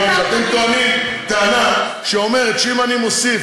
מכיוון שאתם טוענים טענה שאומרת שאם אני מוסיף